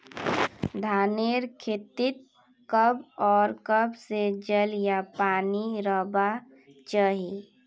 धानेर खेतीत कब आर कब से जल या पानी रहबा चही?